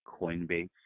Coinbase